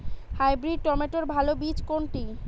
Hybrid টমেটোর ভালো বীজ কোনটি?